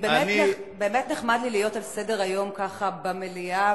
באמת נחמד לי להיות על סדר-היום ככה במליאה,